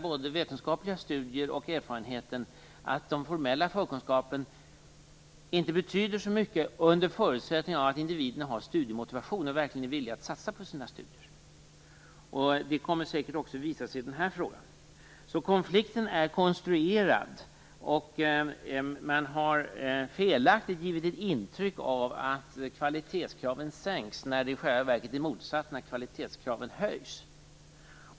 Såväl vetenskapliga studier som erfarenheten visar att den formella förkunskapen inte betyder så mycket under förutsättning av att individen har studiemotivation och verkligen är villig att satsa på sina studier. Det kommer säkert också att visa sig i denna fråga. Konflikten är alltså konstruerad, och man har felaktigt givit ett intryck av att kvalitetskraven sänks när det i själva verket är motsatsen som gäller: kvalitetskraven höjs.